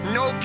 no